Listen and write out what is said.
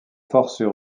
forces